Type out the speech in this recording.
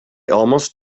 almost